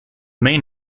main